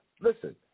listen